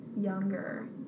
Younger